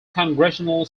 congressional